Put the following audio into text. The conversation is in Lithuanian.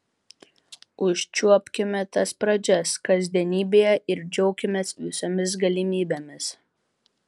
užčiuopkime tas pradžias kasdienybėje ir džiaukimės visomis galimybėmis